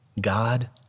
God